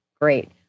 Great